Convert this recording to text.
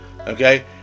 Okay